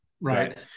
Right